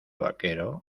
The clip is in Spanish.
vaquero